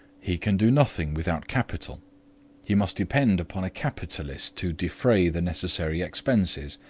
he can do nothing without capital he must depend upon a capitalist to defray the necessary expenses,